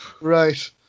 right